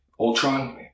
Ultron